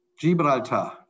Gibraltar